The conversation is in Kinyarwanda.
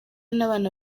n’abana